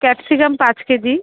capsicum পাঁচ KG